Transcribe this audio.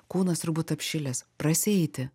kūnas turi būt apšilęs prasieiti